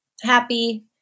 happy